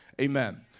Amen